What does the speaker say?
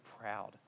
proud